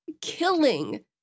killing